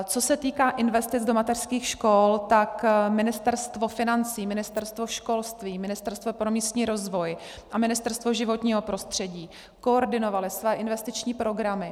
Co se týká investic do mateřských škol, tak Ministerstvo financí, Ministerstvo školství, Ministerstvo pro místní rozvoj a Ministerstvo životního prostředí koordinovaly své investiční programy.